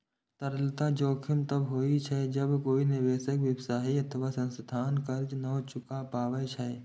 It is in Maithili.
तरलता जोखिम तब होइ छै, जब कोइ निवेशक, व्यवसाय अथवा संस्थान कर्ज नै चुका पाबै छै